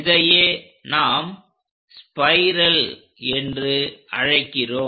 இதையே நாம் ஸ்பைரல் என்று அழைக்கிறோம்